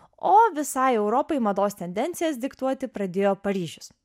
o visai europai mados tendencijas diktuoti pradėjo paryžius